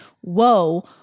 whoa